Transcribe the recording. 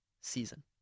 season